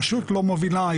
פשוט לא מובילה,